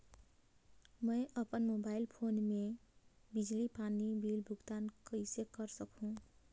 मैं अपन mobile phone ले बिजली पानी बिल भुगतान कइसे कर सकहुं?